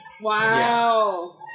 Wow